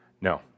No